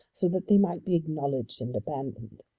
so that they might be acknowledged and abandoned.